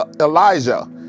Elijah